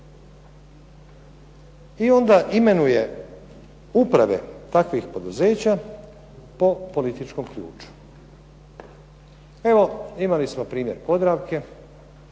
I onda imenuje uprave takvih poduzeća po političkom ključu. Evo, imali smo primjer Podravke